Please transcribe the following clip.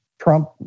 Trump